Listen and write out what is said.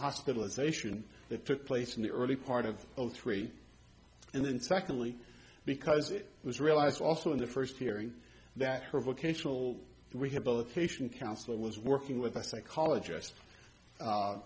hospitalization that took place in the early part of all three and then secondly because it was realized also in the first hearing that her vocational rehabilitation counselor was working with a psychologist